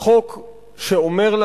פוגע בזכות לחיי משפחה,